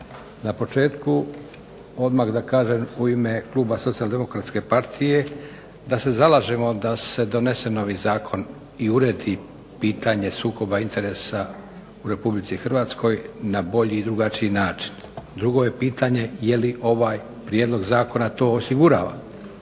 Na početku odmah da kažem u ime kluba Socijaldemokratske partije da se zalažemo da se donese novi zakon i uredi pitanje sukoba interesa u Republici Hrvatskoj na bolji i drugačiji način. Drugo je pitanje je li ovaj prijedlog zakona to osigurava?